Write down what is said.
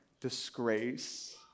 disgrace